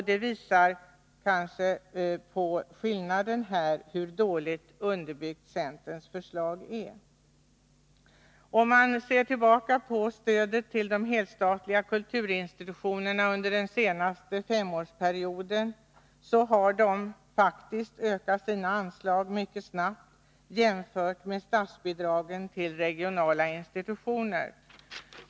Denna skillnad visar hur dåligt underbyggt centerns förslag är, Om man ser tillbaka på stödet till de helstatliga kulturinstitutionerna under den senaste femårsperioden, finner man att detta stöd ökat mycket snabbt jämfört med statsbidragen till regionala institutioner.